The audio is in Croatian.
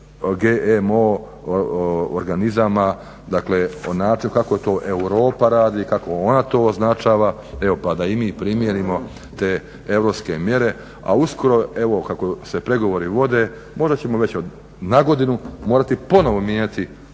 GMO organizama, dakle o načinu kako to i Europa radi, kako ona to označava, evo pa da i mi primijenimo te europske mjere, a uskoro evo kako se pregovori vode, možda ćemo već nagodinu morati ponovo mijenjati